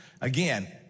Again